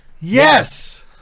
Yes